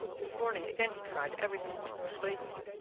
this morning again he tried everything to persuade me.